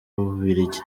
bubiligi